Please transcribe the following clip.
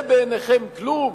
זה בעיניכם כלום?